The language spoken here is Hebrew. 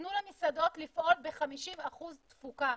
ותיתנו למסעדות לפעול ב-50% תפוקה.